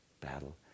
battle